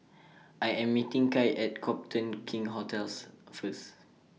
I Am meeting Kai At Copthorne King's hotels First